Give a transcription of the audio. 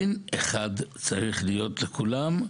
דין אחד צריך להיות לכולם.